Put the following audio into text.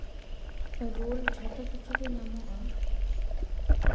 roll ᱡᱷᱚᱛᱚ ᱠᱤᱪᱷᱩ ᱜᱮ ᱧᱟᱢᱚᱜᱼᱟ